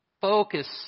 focus